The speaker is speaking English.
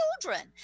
children